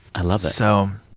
i love it so.